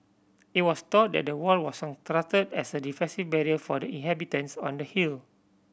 it was thought that the wall was constructed as a defensive barrier for the inhabitants on the hill